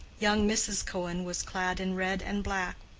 young mrs. cohen was clad in red and black,